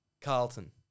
Carlton